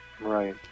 Right